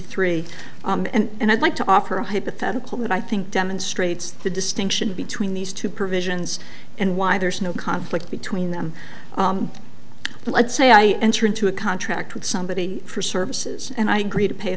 three and i'd like to offer a hypothetical that i think demonstrates the distinction between these two provisions and why there is no conflict between them but let's say i enter into a contract with somebody for services and i agree to pay a